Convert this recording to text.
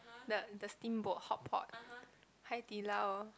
the the steamboat hotpot Hai-Di-Lao